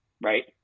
right